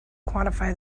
quantify